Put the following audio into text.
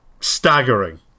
Staggering